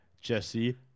Jesse